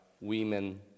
women